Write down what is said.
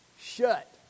shut